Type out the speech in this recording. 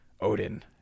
Odin